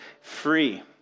free